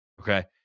Okay